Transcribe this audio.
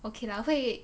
okay lah 会